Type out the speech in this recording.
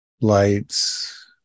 lights